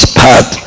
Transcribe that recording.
path